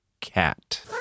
cat